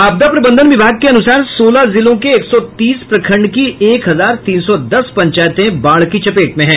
आपदा प्रबंधन विभाग के अनुसार सोलह जिलों के एक सौ तीस प्रखंड की एक हजार तीन सौ दस पंचायतें बाढ़ की चपेट में हैं